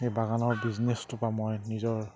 এই বাগানৰ বিজনেছটোৰ পৰা মই নিজৰ